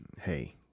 hey